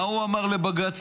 מה הוא אמר אז לבג"ץ?